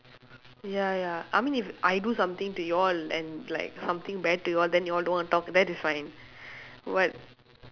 ya ya I mean if I do something to you all and like something bad to you all then you all don't want to talk that is fine but